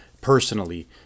personally